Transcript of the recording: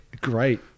Great